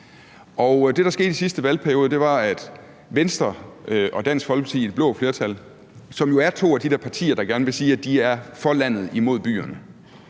Det, der skete i sidste valgperiode, var, at Venstre og Dansk Folkeparti i det blå flertal, som jo er to af de der partier, der gerne vil sige, at de er for landet imod byerne,